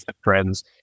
friends